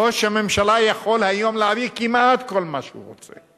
ראש הממשלה יכול היום להעביר כמעט כל מה שהוא רוצה,